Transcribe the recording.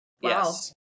Yes